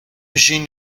jin